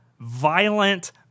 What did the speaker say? violent